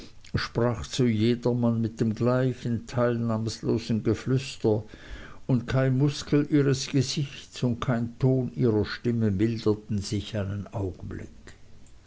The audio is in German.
sprach zu jedermann mit dem gleichen teilnahmlosen geflüster und keine muskel ihres gesichts und kein ton ihrer stimme milderte sich einen augenblick